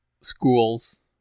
schools